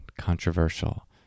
controversial